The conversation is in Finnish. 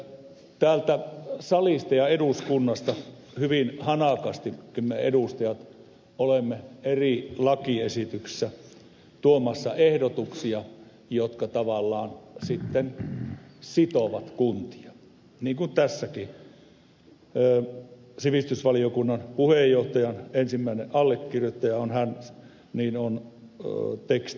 täältä salista ja eduskunnasta hyvin hanakasti me edustajat olemme eri lakiesityksissä tuomassa ehdotuksia jotka tavallaan sitten sitovat kuntia niin kuin tässäkin sivistysvaliokunnan puheenjohtaja on ensimmäinen allekirjoittaja on teksti